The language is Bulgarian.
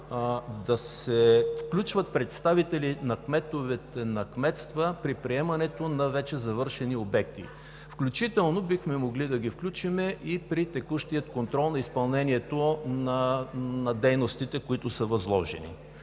да се включват представители на кметовете, на кметствата, при приемането на вече завършени обекти. Включително бихме могли да ги включим и при текущия контрол на изпълнението на дейностите, които са възложени.